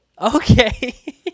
okay